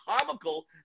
comical